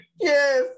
Yes